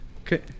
Okay